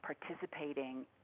participating